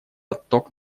отток